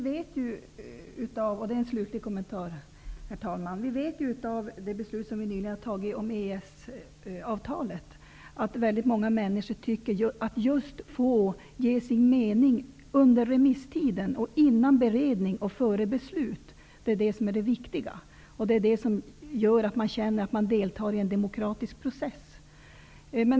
Herr talman! Vi vet ju genom det beslut som vi nyligen har fattat om EES-avtalet att väldigt många människor vill kunna ge sin mening just under remisstiden, före beredning och beslut. Det är det som är det viktiga, och det är det som gör att människor känner att de deltar i en demokratisk process.